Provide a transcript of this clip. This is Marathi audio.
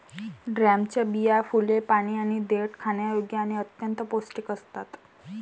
ड्रमच्या बिया, फुले, पाने आणि देठ खाण्यायोग्य आणि अत्यंत पौष्टिक असतात